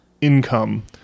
income